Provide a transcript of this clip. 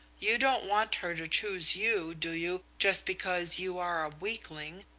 you don't want her to choose you, do you, just because you are a weakling,